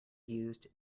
used